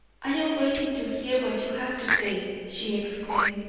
i am waiting to hear what you have to say, she exclaimed,